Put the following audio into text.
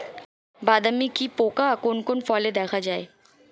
বাদামি কি পোকা কোন কোন ফলে দেখা যায়?